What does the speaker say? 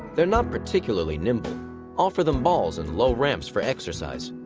they're not particularly nimble offer them balls and low ramps for exercise.